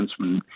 defenseman